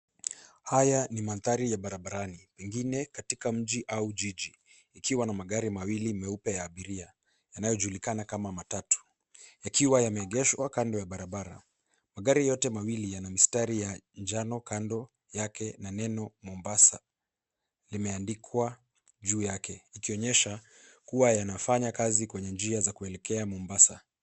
Haya ni mandhari ya barabarani pengine katika mji au jiji ikiwa na magari mawili meupe ya abiria yanayojulikana kama matatu, yakiwa yameegeshwa kando ya barabara. Magari yote mawili yana mistari ya njano kando yake na neno Mombasa, limeandikwa juu yake, ikionyesha kuwa yanafanya kazi kwenye njia za kuelekea Mombasa.